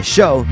Show